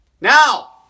Now